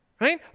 right